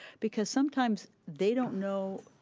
because sometimes they don't know,